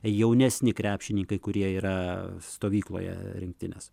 jaunesni krepšininkai kurie yra stovykloje rinktinės